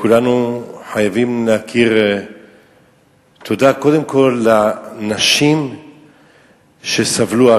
כולנו חייבים להכיר תודה קודם כול לנשים שסבלו.